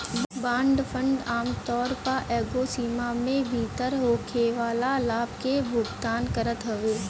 bond fund आमतौर पअ एगो समय सीमा में भीतर होखेवाला लाभ के भुगतान करत हवे